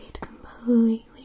completely